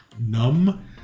Numb